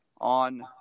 on